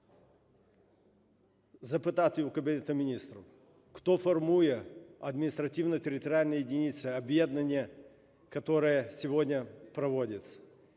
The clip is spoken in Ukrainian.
запитати у Кабінету Міністрів, хто формує адміністративно-територіальні единицы – об'єднання, которые сьогодні проводяться.